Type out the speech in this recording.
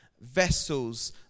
vessels